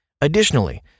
Additionally